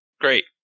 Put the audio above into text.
Great